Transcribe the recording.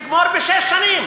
לגמור בשש שנים?